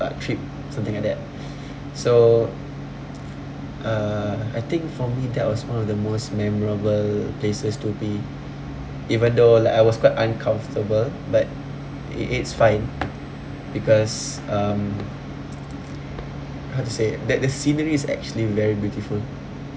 uh trip something like that so uh I think for me that was one of the most memorable places to be even though like I was quite uncomfortable but it it's fine because um how to say that the scenery is actually very beautiful